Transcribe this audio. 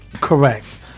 Correct